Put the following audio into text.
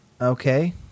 okay